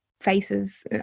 faces